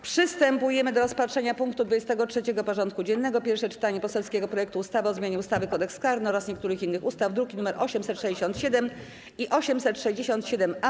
Przystępujemy do rozpatrzenia punktu 23. porządku dziennego: Pierwsze czytanie poselskiego projektu ustawy o zmianie ustawy - Kodeks karny oraz niektórych innych ustaw (druki nr 867 i 867-A)